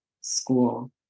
school